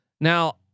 Now